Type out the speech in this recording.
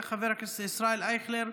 חבר הכנסת ישראל אייכלר,